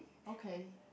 okay